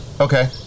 okay